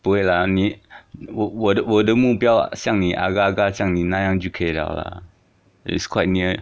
不会啦你我我的我的目标像你 agar agar 像你那样就可以了 lah is quite near